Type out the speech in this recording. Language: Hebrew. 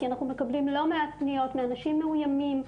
כי אנחנו מקבלים לא מעט פניות מאנשים מאויימים,